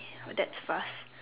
that fast